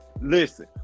Listen